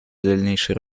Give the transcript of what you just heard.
дальнейшей